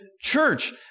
church